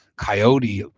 coyote?